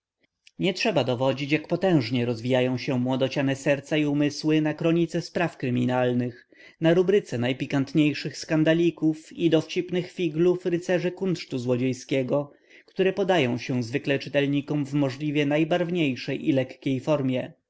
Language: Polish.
trzeba dowodzić jak potężnie rozwijają się młodociane serca i umysły na kronice spraw kryminalnych na rubryce najpikantniejszych skandalików i dowcipnych figlów rycerzy kunsztu złodziejskiego które podają się zwykle czytelnikom w możliwie najbarwniejszej i lekkiej formie